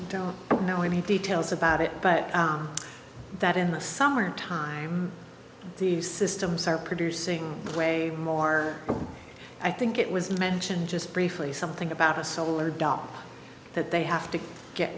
don't know any details about it but that in the summer time these systems are producing way more but i think it was mentioned just briefly something about a solar dump that they have to get